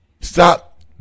Stop